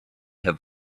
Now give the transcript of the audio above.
have